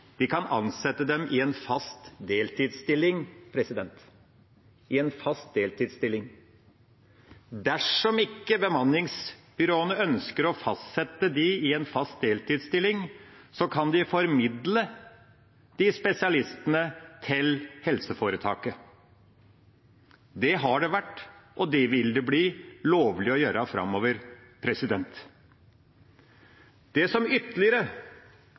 De kan ansette dem i en fast deltidsstilling – fast deltidsstilling. Dersom bemanningsbyråene ikke ønsker å ansette dem i en fast deltidsstilling, kan de formidle disse spesialistene til helseforetaket. Det har vært lovlig, og det vil det bli lovlig å gjøre framover. Det som ytterligere